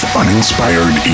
uninspired